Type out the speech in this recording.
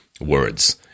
words